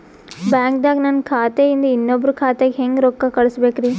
ಬ್ಯಾಂಕ್ದಾಗ ನನ್ ಖಾತೆ ಇಂದ ಇನ್ನೊಬ್ರ ಖಾತೆಗೆ ಹೆಂಗ್ ರೊಕ್ಕ ಕಳಸಬೇಕ್ರಿ?